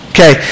Okay